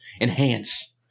Enhance